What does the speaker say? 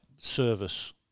service